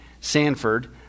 Sanford